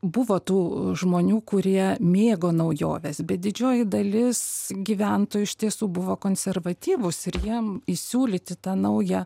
buvo tų žmonių kurie mėgo naujoves bet didžioji dalis gyventojų iš tiesų buvo konservatyvūs ir jiem įsiūlyti tą naują